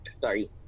sorry